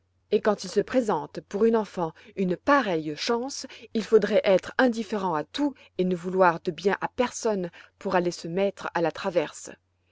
et quand il se présente pour une enfant une pareille chance il faudrait être indifférent à tout et ne vouloir de bien à personne pour aller se mettre à la traverse